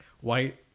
white